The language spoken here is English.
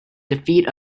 defeat